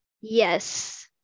Yes